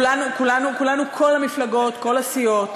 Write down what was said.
כולנו, כל המפלגות, כל הסיעות,